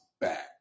back